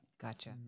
Gotcha